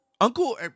uncle